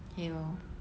K lor